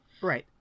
Right